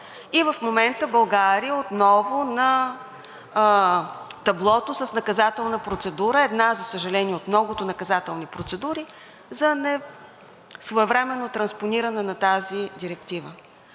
и в момента България е отново на таблото с наказателна процедура – една, за съжаление, от многото наказателни процедури за несвоевременно транспониране на тази директива.